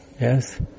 Yes